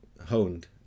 honed